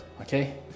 okay